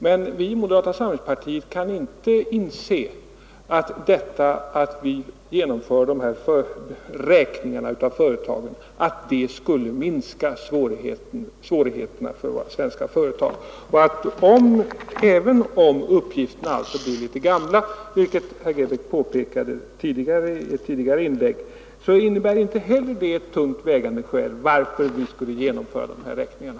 Men vi i moderata samlingspartiet kan inte inse att ett genomförande av företagsräkningen skulle minska svårigheterna för de svenska företagen. Även om uppgifterna blir litet gamla, vilket herr Grebäck påpekade i ett tidigare inlägg, innebär inte detta ett tungt vägande skäl varför vi skulle genomföra företagsräkningen.